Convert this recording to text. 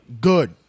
Good